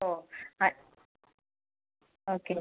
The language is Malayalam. ഓ ആ ഓക്കെ